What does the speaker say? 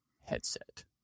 headset